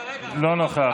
לא נוכח.